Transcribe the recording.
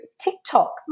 TikTok